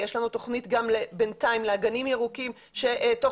יש לנו תוכנית גם בינתיים לאגנים ירוקים שתוך